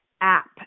app